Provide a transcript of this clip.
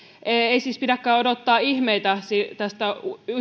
ei siis pidäkään odottaa ihmeitä tästä